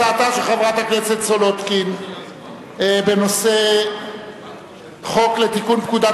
הצעתה של חברת הכנסת סולודקין בנושא חוק לתיקון פקודת